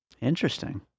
Interesting